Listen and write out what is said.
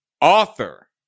author